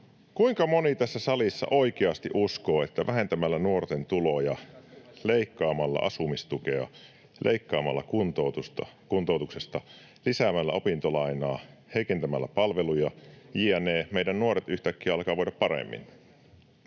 Kuinka moni tässä salissa oikeasti uskoo, että vähentämällä nuorten tuloja, leikkaamalla asumistukea, leikkaamalla kuntoutuksesta, lisäämällä opintolainaa, heikentämällä palveluja jne. meidän nuoret yhtäkkiä alkavat voida paremmin,